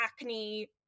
acne